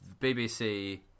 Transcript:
BBC